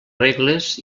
regles